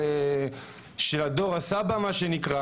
מה שנקרא